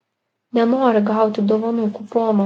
nenoriu gauti dovanų kupono